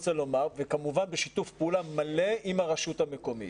כמובן בשיתוף פעולה מלא עם הרשות המקומית.